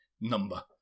number